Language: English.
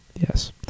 Yes